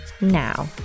Now